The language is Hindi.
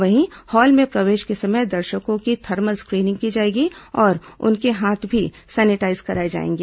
वहीं हॉल में प्रवेश के समय दर्शकों की थर्मल स्क्रीनिंग की जाएगी और उनके हाथ भी सैनिटाईज कराए जाएंगे